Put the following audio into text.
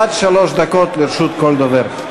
עד שלוש דקות לרשות כל דובר.